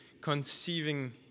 conceiving